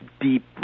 deep